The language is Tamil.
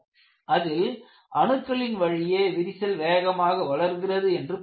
அதில் அணுக்களின் வழியே விரிசல் வேகமாக வளர்கிறது என்று பார்த்தோம்